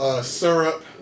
Syrup